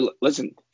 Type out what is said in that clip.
Listen